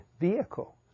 vehicle